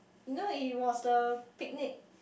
you know it was the picnic